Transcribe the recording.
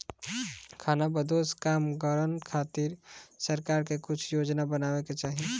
खानाबदोश कामगारन खातिर सरकार के कुछ योजना बनावे के चाही